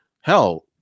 hell